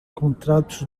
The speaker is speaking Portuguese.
contratos